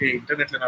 internet